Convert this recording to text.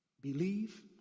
Believe